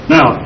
Now